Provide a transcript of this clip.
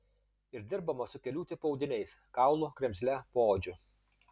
ir dirbama su kelių tipų audiniais kaulu kremzle poodžiu